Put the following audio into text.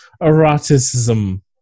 eroticism